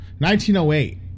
1908